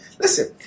listen